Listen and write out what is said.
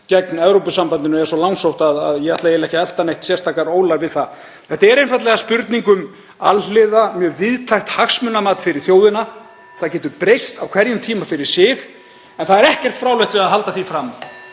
gegn Evrópusambandinu er svo langsótt að ég ætla ekki að elta neitt sérstakar ólar við það. Þetta er einfaldlega spurning um alhliða og mjög víðtækt hagsmunamat fyrir þjóðina. (Forseti hringir.) Það getur breyst á hverjum tíma fyrir sig en það er ekkert fráleitt að halda því fram